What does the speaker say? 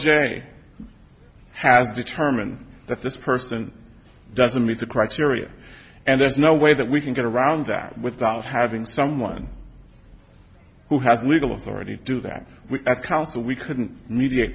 j has determined that this person doesn't meet the criteria and there's no way that we can get around that without having someone who has legal authority to do that we counsel we couldn't media